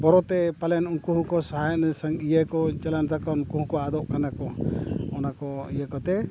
ᱵᱚᱨᱚᱛᱮ ᱯᱟᱞᱮᱱ ᱩᱱᱠᱩ ᱦᱚᱸᱠᱚ ᱥᱟᱦᱟᱭ ᱮᱱᱟ ᱤᱭᱟᱹ ᱠᱚ ᱪᱟᱞᱟᱣᱮᱱ ᱛᱟᱠᱚᱣᱟ ᱩᱱᱠᱩ ᱦᱚᱸᱠᱚ ᱟᱫᱚᱜ ᱠᱟᱱᱟ ᱠᱚ ᱚᱱᱟ ᱠᱚ ᱤᱭᱟᱹ ᱠᱚᱛᱮ